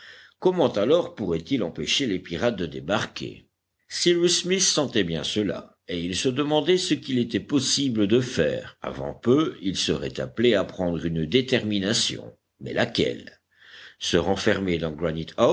comment alors pourraient-ils empêcher les pirates de débarquer cyrus smith sentait bien cela et il se demandait ce qu'il était possible de faire avant peu il serait appelé à prendre une détermination mais laquelle se renfermer dans